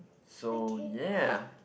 so ya